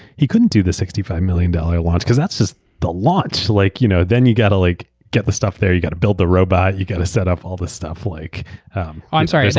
he couldn't do the sixty five million dollars launch because that's just the launch. like you know then you got to like get the stuff there, you got to build the robot, you got to set up all the stuff. like um i'm sorry,